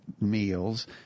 meals